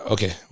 Okay